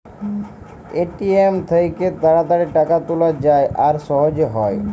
ATM থ্যাইকে তাড়াতাড়ি টাকা তুলা যায় আর সহজে হ্যয়